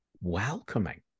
Welcoming